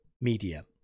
media